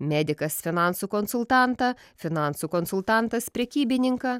medikas finansų konsultantą finansų konsultantas prekybininką